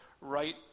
right